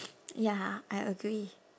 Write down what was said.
ya I agree